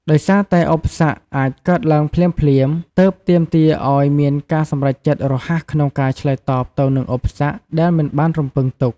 ដោយសារតែឧបសគ្គអាចកើតឡើងភ្លាមៗ ទើបទាមទារឲ្យមានការសម្រេចចិត្តរហ័សក្នុងការឆ្លើយតបទៅនឹងឧបសគ្គដែលមិនបានរំពឹងទុក។